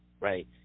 right